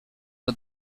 but